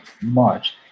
March